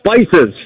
Spices